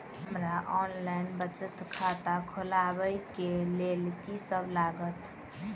हमरा ऑनलाइन बचत खाता खोलाबै केँ लेल की सब लागत?